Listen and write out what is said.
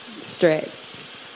stress